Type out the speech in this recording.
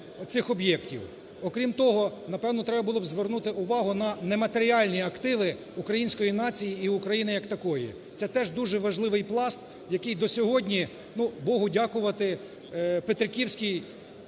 Окрім того, напевно, треба було б звернути увагу на нематеріальні активи української нації і України як такої. Це теж дуже важливий пласт, який до сьогодні, ну, Богу дякувати, петриківські